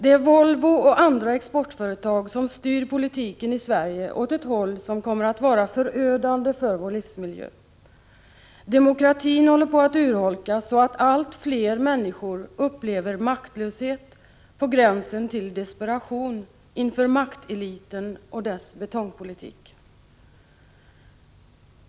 Det är Volvo och andra exportföretag som styr politiken i Sverige åt ett håll som kommer att vara förödande för vår livsmiljö. Demokratin håller på att urholkas så att allt fler människor upplever maktlöshet, på gränsen till desperation, inför makteliten och dess ”betongpolitik”.